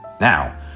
Now